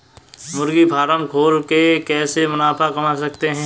मुर्गी फार्म खोल के कैसे मुनाफा कमा सकते हैं?